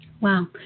Wow